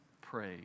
pray